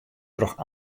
troch